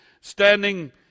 standing